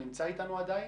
יחיאל,